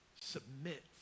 Submit